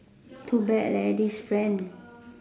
too bad leh this friend